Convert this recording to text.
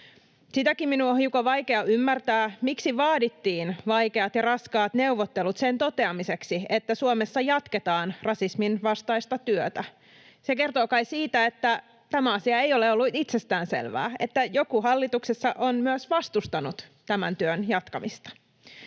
Sitäkin minun on hiukan vaikea ymmärtää, miksi vaadittiin vaikeat ja raskaat neuvottelut sen toteamiseksi, että Suomessa jatketaan rasismin vastaista työtä. Se kertoo kai siitä, että tämä asia ei ole ollut itsestäänselvää ja että joku hallituksessa on myös vastustanut tämän työn jatkamista.